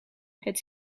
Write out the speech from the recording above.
het